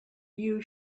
you